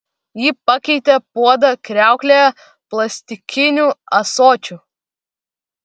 ji pakeitė puodą kriauklėje plastikiniu ąsočiu